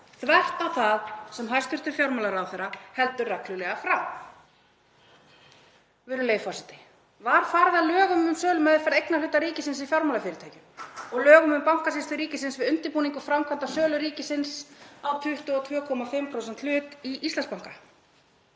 þvert á það sem hæstv. fjármálaráðherra heldur reglulega fram. Virðulegi forseti. Var farið að lögum um sölumeðferð eignarhluta ríkisins í fjármálafyrirtækjum og lögum um Bankasýslu ríkisins við undirbúning og framkvæmd sölu ríkisins á 22,5% hlut í Íslandsbanka?